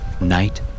Night